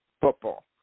football